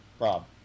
Rob